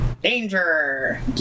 Danger